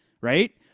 right